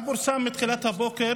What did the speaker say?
בתחילת הבוקר